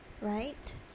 Right